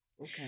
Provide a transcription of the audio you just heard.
okay